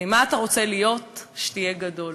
"מה אתה רוצה להיות כשתהיה גדול".